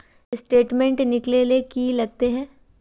Statement निकले ले की लगते है?